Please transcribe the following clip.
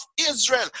Israel